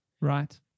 Right